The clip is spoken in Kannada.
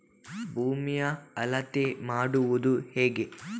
ಭೂಮಿಯ ಅಳತೆ ಮಾಡುವುದು ಹೇಗೆ?